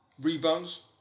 rebounds